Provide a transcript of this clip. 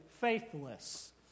faithless